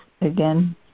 again